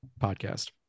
podcast